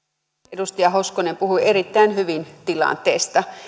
edustaja hoskonen puhui erittäin hyvin tilanteesta